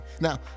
Now